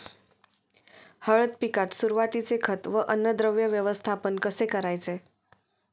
हळद पिकात सुरुवातीचे खत व अन्नद्रव्य व्यवस्थापन कसे करायचे?